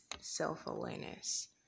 self-awareness